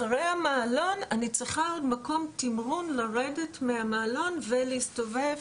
אחרי המעלון אני צריכה מקום תמרון לרדת מהמעלון ולהסתובב